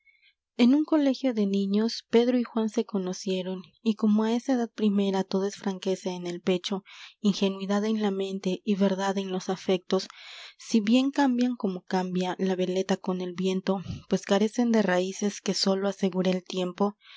en un colegio de niños pedro y juan se conocieron y como á esa edad primera todo es franqueza en el pecho ingenuidad en la mente y verdad en los afectos si bien cambian como cambia la veleta con el viento pues carecen de raíces que sólo asegura el tiempo